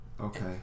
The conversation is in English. Okay